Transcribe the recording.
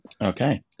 Okay